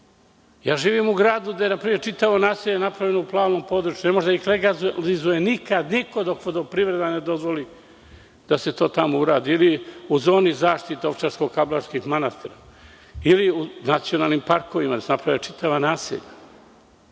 Živim u gradu gde je čitavo naselje napravljeno u plavom području, ne može da ih legalizuje nikada niko dok vodoprivreda ne dozvoli da se to tamo uradi ili u zoni zaštite Ovčarsko-Kablarskih manastira ili u nacionalnim parkovima, da se naprave čitava naselja.